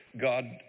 God